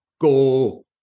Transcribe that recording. go